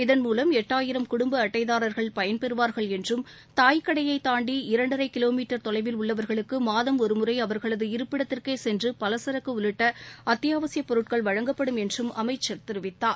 இதன்மூலம் எட்டாயிரம் குடும்ப அட்டைதாரர்கள் பயன்பெறுவார்கள் என்றும் தாய் கடையை தாண்டி இரண்டரை கிலோ மீட்டர் தொலைவில் உள்ளவர்களுக்கு மாதம் ஒருமுறை அவர்களது இருப்பிடத்திற்கே சென்று பலச்சரக்கு உள்ளிட்ட அத்தியாவசியப் பொருட்கள் வழங்கப்படும் என்றும் அமைச்சர் தெரிவித்தார்